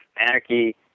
Anarchy